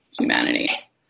humanity